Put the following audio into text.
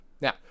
now